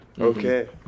okay